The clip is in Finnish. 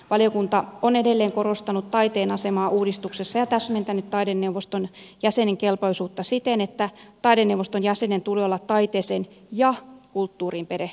valiokunta on edelleen korostanut taiteen asemaa uudistuksessa ja täsmentänyt taideneuvoston jäsenen kelpoisuutta siten että taideneuvoston jäsenen tulee olla taiteeseen ja kulttuuriin perehtynyt henkilö